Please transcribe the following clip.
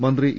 മന്ത്രി ഇ